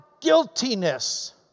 guiltiness